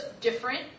different